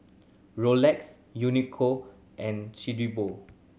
Rolex Uniqlo and